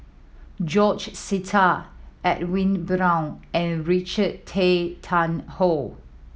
George Sita Edwin Brown and Richard Tay Tian Hoe